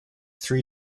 three